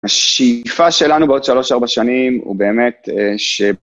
השאיפה שלנו בעוד 3-4 שנים הוא באמת ש...